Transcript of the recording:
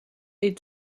est